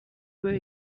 were